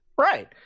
right